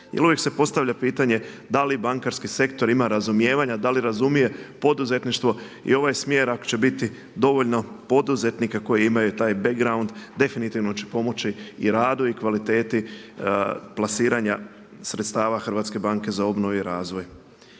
uvijek se postavlja pitanje da li bankarski sektor ima razumijevanja, da li razumije poduzetništvo i ovaj smjer ako će biti dovoljno poduzetnika koji imaju taj background. Definitivno će pomoći i radu i kvaliteti plasiranja sredstava HBOR-a. I zato je